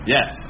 Yes